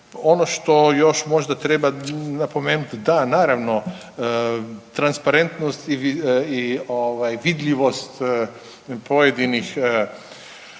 Ono što još možda treba napomenuti, da naravno transparentnost i ovaj vidljivost pojedinih